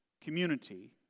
community